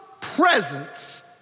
presence